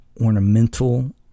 ornamental